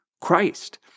Christ